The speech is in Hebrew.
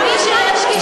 מי שיש לו כישרון,